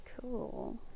Cool